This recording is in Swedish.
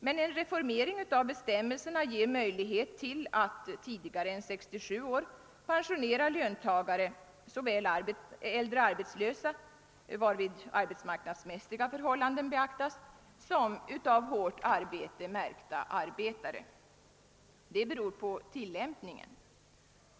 Men en reformering av bestämmelserna ger möjlighet till att tidigare än vid 67 år pensionera löntagare — såväl äldre arbetslösa, varvid arbetsmarknadsmässiga förhållanden beaktas, som av hårt arbete märkta arbetare. Det beror på tillämpningen.